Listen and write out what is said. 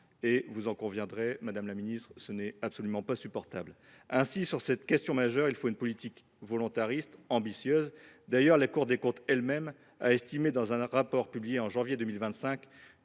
Vous en conviendrez, madame la ministre, ce n’est absolument pas supportable. Ainsi, sur cette question majeure, il faut une politique volontariste et ambitieuse. D’ailleurs, la Cour des comptes elle même a estimé dans un rapport publié en janvier 2025